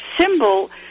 symbol